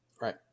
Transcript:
Right